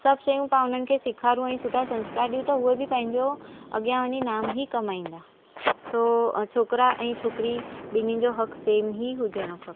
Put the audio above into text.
सभु शयूं पाण हुननि खे सेखारियूं सुठा संस्कार ॾियूं त उहे बि पंहिंजो अॻियां वञी नाम ई कमाईंदा छोकिरा ऐं छोकिरी ॿिनि जो हक़ सेम ई हुजणु खपे